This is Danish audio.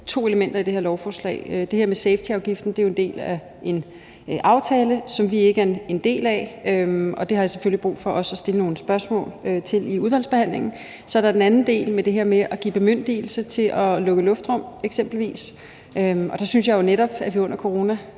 to elementer i det her lovforslag. Det her med safetyafgiften er jo en del af en aftale, som vi ikke er en del af, og det har jeg selvfølgelig brug for også at stille nogle spørgmål til i udvalgsbehandlingen. Så er der den anden del om det her med at give bemyndigelse til at lukke luftrum eksempelvis, og der synes jeg jo netop, at vi under corona